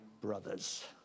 brothers